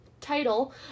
title